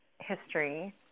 history